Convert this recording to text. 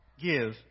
Give